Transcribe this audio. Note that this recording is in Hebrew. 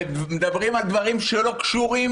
-- ומדברים על דברים שלא קשורים